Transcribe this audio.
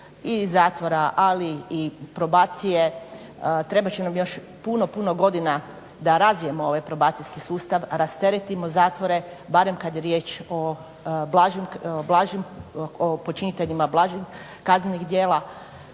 i zatvora, ali i probacije trebat će nam još puno, puno godina da razvijemo ovaj probacijski sustav, rasteretimo zatvore barem kada je riječ o počiniteljima blažih kaznenih djela